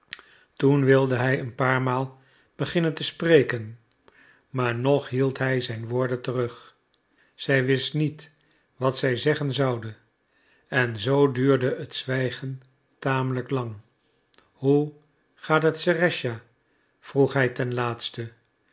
toen wilde hij een paar maal beginnen te spreken maar nog hield hij zijn woorden terug zij wist niet wat zij zeggen zoude en zoo duurde het zwijgen tamelijk lang hoe gaat het serëscha vroeg hij ten laatste